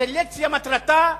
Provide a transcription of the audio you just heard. הסלקציה, מטרתה,